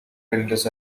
filters